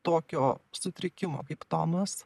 tokio sutrikimo kaip tomas